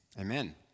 Amen